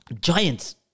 giants